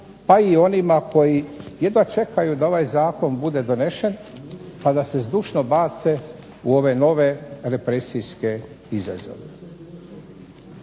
pa i onima koji jedva čekaju da ovaj zakon bude donesen pa da se zdušno bace u ove nove represijske izazove.